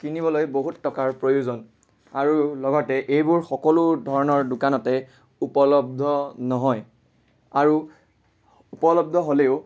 কিনিবলৈ বহুত টকাৰ প্ৰয়োজন আৰু লগতে এইবোৰ সকলো ধৰণৰ দোকানতে উপলব্ধ নহয় আৰু উপলব্ধ হ'লেও